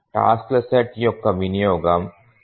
టాస్క్ల సెట్ యొక్క వినియోగం 0